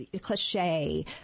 cliche